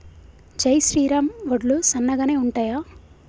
జై శ్రీరామ్ వడ్లు సన్నగనె ఉంటయా?